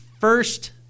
first